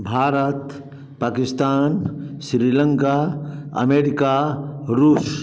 Bharat Pakistan Sri Lanka America रूस